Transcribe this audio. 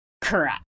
Correct